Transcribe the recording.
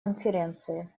конференции